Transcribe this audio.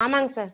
ஆமாம்ங்க சார்